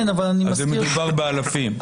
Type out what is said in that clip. אז זה מדובר באלפים.